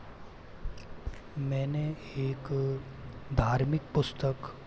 मैंने एक धार्मिक पुस्तक